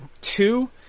Two